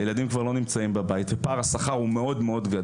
הילדים כבר לא נמצאים בבית ופער השכר גדול מאוד.